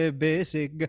basic